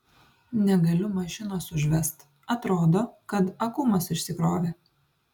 negaliu mašinos užvest atrodo kad akumas išsikrovė